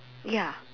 ya